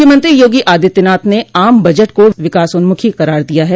मुख्यमंत्री योगी आदित्यनाथ ने आम बजट को विकासोन्मुखी करार दिया है